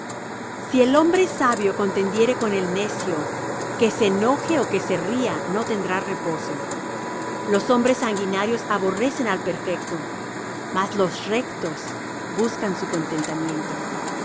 si el hombre sabio contendiere con el necio que se enoje ó que se ría no tendrá reposo los hombres sanguinarios aborrecen al perfecto mas los rectos buscan su contentamiento